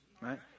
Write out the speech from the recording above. Right